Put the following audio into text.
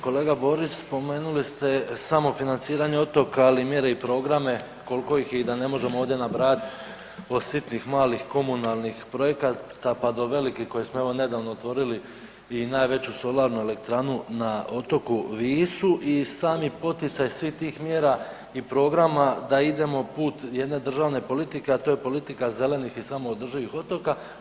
Kolega Borić spomenuli ste samofinanciranje otoka, ali i mjere i programe koliko ih je i da ne možemo ovdje nabrajati od sitnih malih komunalnih projekata pa do velikih koje smo evo nedavno otvorili i najveću solarnu elektranu na otoku Visu i sami poticaj svih tih mjera i programa da idemo put jedne državne politike, a to je politika zelenih i samoodrživih otoka.